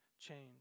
change